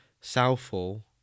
Southall